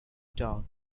dog